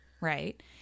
Right